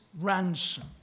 ransom